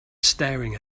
staring